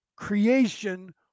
creation